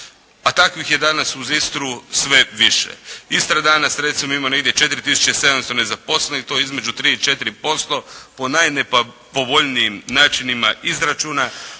a takvih je danas uz Istru sve više. Istra danas recimo ima negdje 4 tisuće 700 nezaposlenih. To je između 3 i 4% po najnepovoljnijim načinima izračuna.